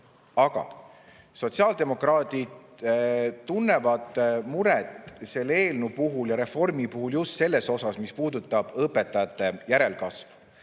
sotsiaaldemokraadid tunnevad muret selle eelnõu ja reformi puhul just selle üle, mis puudutab õpetajate järelkasvu.